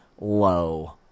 low